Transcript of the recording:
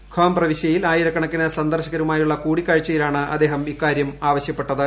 Qom പ്രവിശ്യയിൽ ആയിരക്കണക്കിന് സന്ദർശകരുമായുള്ള കൂടിക്കാഴ്ചയിലാണ് അദ്ദേഹം ഇക്കാര്യം പറഞ്ഞത്